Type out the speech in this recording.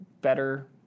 better